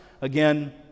Again